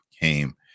came